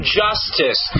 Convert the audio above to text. justice